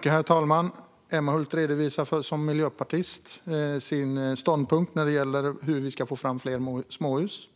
Herr talman! Emma Hult redovisar sin ståndpunkt som miljöpartist när det gäller hur vi ska få fram fler småhus.